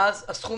אז הסכום